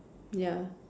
ya